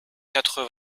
quatre